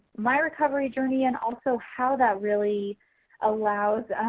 my recovery journey and also how that really allows,